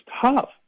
tough